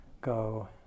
go